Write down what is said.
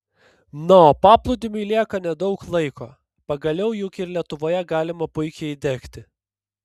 na o paplūdimiui lieka nedaug laiko pagaliau juk ir lietuvoje galima puikiai įdegti